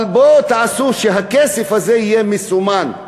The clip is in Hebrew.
אבל בואו תעשו שהכסף הזה יהיה מסומן,